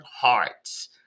hearts